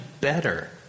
better